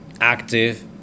active